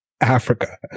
africa